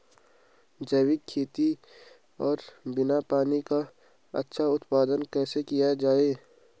जैविक खेती और बिना पानी का अच्छा उत्पादन कैसे किया जाए?